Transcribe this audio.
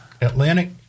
Atlantic